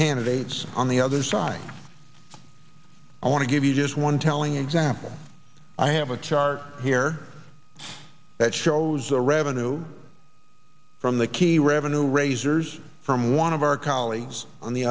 candidates on the other side i want to give you just one telling example i have a chart here that shows the revenue from the key revenue raisers from one of our colleagues on the